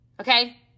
Okay